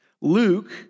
Luke